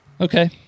Okay